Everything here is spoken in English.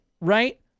right